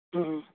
ᱦᱮᱸ